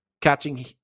catching